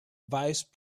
vice